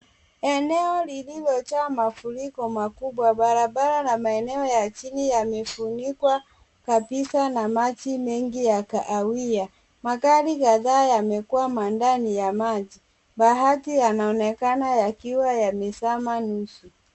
Eneo lililojaa mafuriko makubwa. Barabara la maeneo ya chini yamefunikwa kabisa na maji mengi ya kahawia. Magari kadhaa yamekwama ndani ya maji. Baadhi yanaonekana yakiwa yamezama nusu.